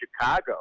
Chicago